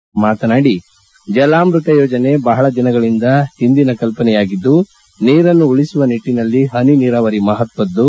ಶಿವಕುಮಾರ್ ಮಾತನಾಡಿ ಜಲಾಮೃತ ಯೋಜನೆ ಬಹಳ ದಿನಗಳ ಹಿಂದಿನ ಕಲ್ಪನೆಯಾಗಿದ್ದು ನೀರನ್ನು ಉಳಿಸುವ ನಿಟ್ಟಿನಲ್ಲಿ ಹನಿ ನೀರಾವರಿ ಮಹತ್ವದ್ದು